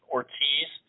Ortiz